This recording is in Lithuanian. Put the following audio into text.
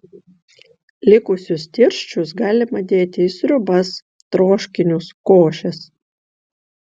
likusius tirščius galima dėti į sriubas troškinius košes